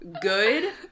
good